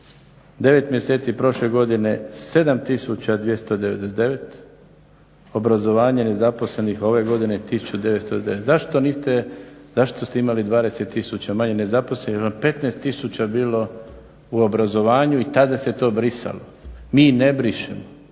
9 mjeseci prošle godine 7299, obrazovanje nezaposlenih ove godine 1949. Zašto to niste, zašto ste imali 20 tisuća manje nezaposlenih, jer vam je 15 tisuća bilo u obrazovanju i tada se to brisalo, mi ne brišemo.